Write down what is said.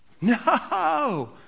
No